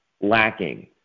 Lacking